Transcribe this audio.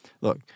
look